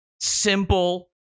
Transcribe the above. simple